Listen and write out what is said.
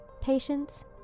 Patience